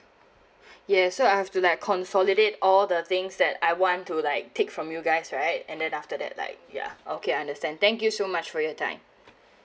yes so I have to like consolidate all the things that I want to like take from you guys right and then after that like ya okay I understand thank you so much for your time